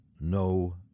no